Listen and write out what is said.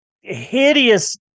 hideous